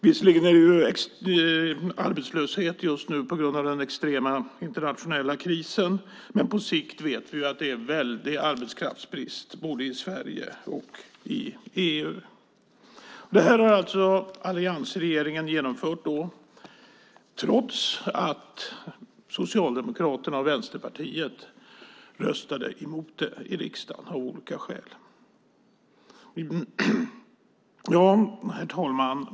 Visserligen är det arbetslöshet just nu på grund av den extrema internationella krisen, men på sikt vet vi att det är väldig arbetskraftsbrist både i Sverige och i EU. Detta har alltså alliansregeringen genomfört, trots att Socialdemokraterna och Vänsterpartiet av olika skäl röstade emot det i riksdagen. Herr talman!